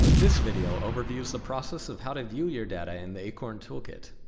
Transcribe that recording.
this video overviews the process of how to view your data in the acorn toolkit.